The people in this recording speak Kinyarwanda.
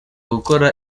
gukora